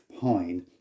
pine